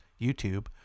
YouTube